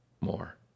more